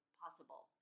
possible